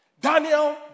Daniel